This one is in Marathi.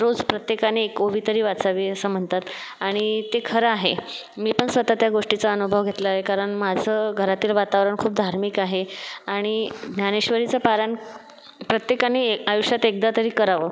रोज प्रत्येकाने एक ओवी तरी वाचावी असं म्हणतात आणि ते खरं आहे मी पण स्वतः त्या गोष्टीचा अनुभव घेतला आहे कारण माझं घरातील वातावरण खूप धार्मिक आहे आणि ज्ञानेश्वरीचं पारायण प्रत्येकाने आयुष्यात एकदा तरी करावं